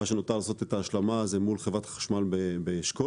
נותרה גם השלמה מול חברת החשמל באשכול